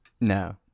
No